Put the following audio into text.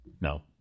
No